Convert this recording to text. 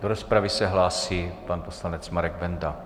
Do rozpravy se hlásí pan poslanec Marek Benda.